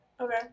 okay